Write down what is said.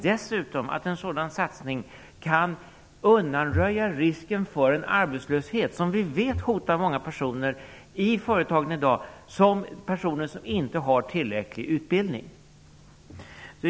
Dessutom kan en sådan satsning undanröja risken för den arbetslöshet som vi vet hotar många personer i företagen i dag, personer som inte har tillräcklig utbildning.